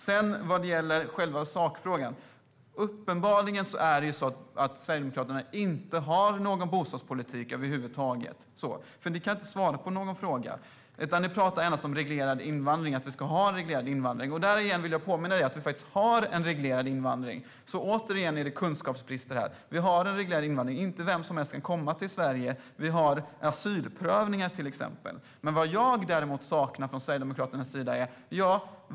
När det gäller själva sakfrågan är det uppenbart att Sverigedemokraterna inte har någon bostadspolitik över huvud taget. Ni kan inte svara på någon fråga. Ni pratar endast om att det ska vara en reglerad invandring. Jag vill påminna dig om att vi redan har en reglerad invandring. Återigen handlar det om kunskapsbrist. Vem som helst kan inte komma till Sverige. Det görs till exempel en asylprövning. Jag saknar besked från Sverigedemokraterna.